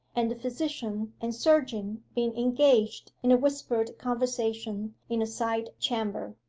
and the physician and surgeon being engaged in a whispered conversation in a side-chamber.